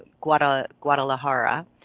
Guadalajara